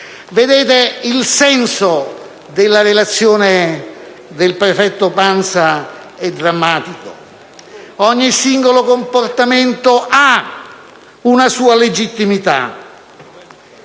possiede». Il senso della relazione del prefetto Pansa è drammatico. Ogni singolo comportamento ha una sua legittimità.